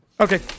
Okay